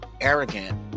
arrogant